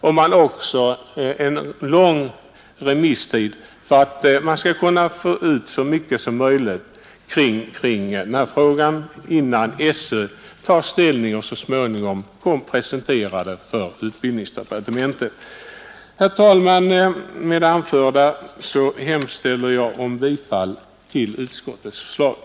Dessa har fått en lång remisstid på sig för att man skall få in så många synpunkter som möjligt innan skolöverstyrelsen tar ställning och presenterar förslaget för utbildningsdepartementet. Herr talman! Med det anförda yrkar jag bifall till utskottets hemställan.